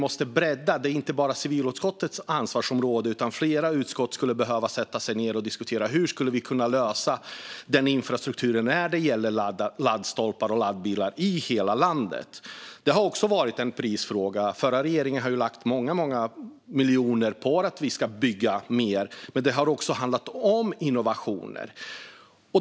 Detta är inte bara civilutskottets ansvarsområde, utan flera utskott skulle behöva sätta sig ned och diskutera hur vi skulle kunna lösa infrastrukturen när det gäller laddstolpar och laddbilar i hela landet. Det har också varit en prisfråga. Förra regeringen har lagt många miljoner på att vi ska bygga mer, men det har också handlat om innovationer.